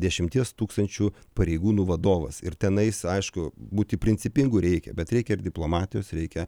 dešimties tūkstančių pareigūnų vadovas ir tenais aišku būti principingu reikia bet reikia ir diplomatijos reikia